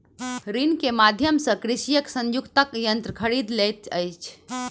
ऋण के माध्यम सॅ कृषक संयुक्तक यन्त्र खरीद लैत अछि